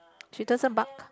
she doesn't bark